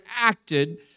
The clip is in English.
acted